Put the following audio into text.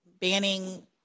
banning